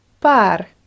Par